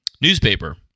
newspaper